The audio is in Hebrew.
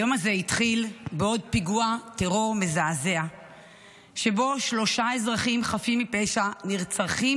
היום הזה התחיל בעוד פיגוע טרור מזעזע שבו שלושה אזרחים חפים מפשע נרצחים